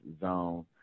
zone